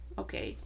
okay